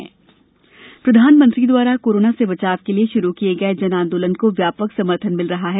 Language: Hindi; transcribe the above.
जन आंदोलन अपील प्रधानमंत्री द्वारा कोरोना से बचाव के लिए शुरू किये गये जन आंदोलन को व्यापक समर्थन मिल रहा है